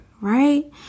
Right